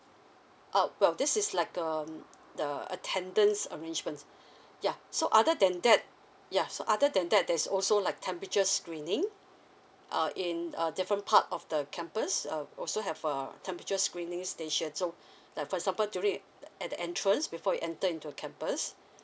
uh well this is like a um the attendance arrangements ya so other than that ya so other than that there's also like temperature screening uh in a different part of the campus um also have uh temperature screening station so like for example during at the entrance before you enter into campus